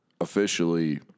officially